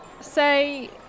Say